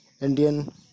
Indian